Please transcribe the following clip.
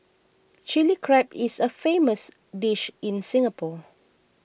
Chilli Crab is a famous dish in Singapore